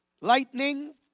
lightning